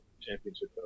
championship